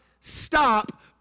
stop